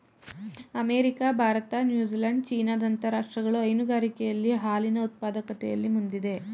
America, Bharat, New Zealand, China ದಂತ ರಾಷ್ಟ್ರಗಳು ಹೈನುಗಾರಿಕೆಯಲ್ಲಿ ಹಾಲಿನ ಉತ್ಪಾದಕತೆಯಲ್ಲಿ ಮುಂದಿದೆ